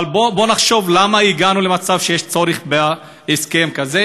אבל בוא נחשוב למה הגענו למצב שיש צורך בהסכם כזה.